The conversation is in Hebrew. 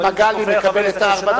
אבל אם זה עובר לחבר משלנו,